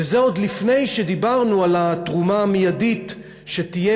וזה עוד לפני שדיברנו על התרומה המיידית שתהיה